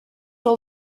will